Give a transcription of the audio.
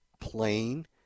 plain